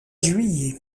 juillet